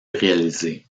réalisées